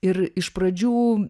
ir iš pradžių